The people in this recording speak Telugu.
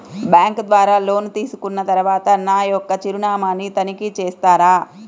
బ్యాంకు ద్వారా లోన్ తీసుకున్న తరువాత నా యొక్క చిరునామాని తనిఖీ చేస్తారా?